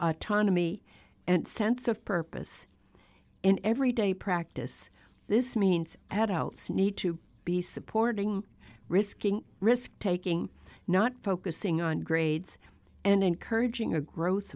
autonomy and sense of purpose in every day practice this means adults need to be supporting risking risk taking not focusing on grades and encouraging a gro